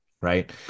Right